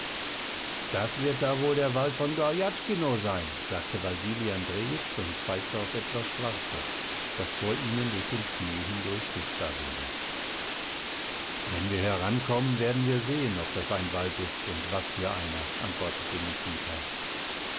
das wird da wohl der wald von gorjatschkino sein sagte wasili andrejitsch und zeigte auf etwas schwarzes das vor ihnen durch den schnee hindurch sichtbar wurde wenn wir herankommen werden wir sehen ob das ein wald ist und was für einer antwortete nikita